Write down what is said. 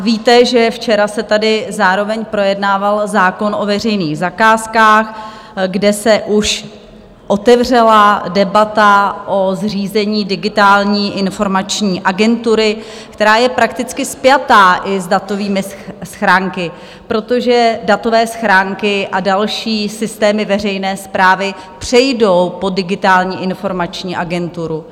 Víte, že včera se tady zároveň projednával zákon o veřejných zakázkách, kde se už otevřela debata o zřízení Digitální a informační agentury, která je prakticky spjatá i s datovými schránkami, protože datové schránky a další systémy veřejné správy přejdou pod Digitální a informační agenturu.